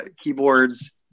keyboards